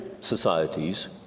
societies